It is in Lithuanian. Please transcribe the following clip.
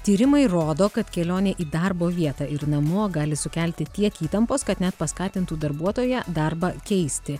tyrimai rodo kad kelionė į darbo vietą ir namo gali sukelti tiek įtampos kad net paskatintų darbuotoją darbą keisti